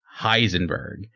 Heisenberg